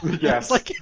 Yes